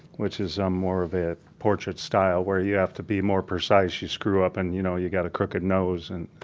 which is um more of a portrait style where you have to be more precise. you screw up and, you know you got a crooked nose and.